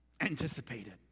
anticipated